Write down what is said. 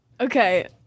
Okay